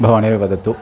भवानेव वदतु